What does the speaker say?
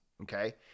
Okay